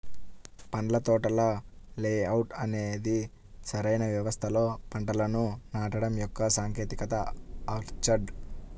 పండ్ల తోటల లేఅవుట్ అనేది సరైన వ్యవస్థలో పంటలను నాటడం యొక్క సాంకేతికత ఆర్చర్డ్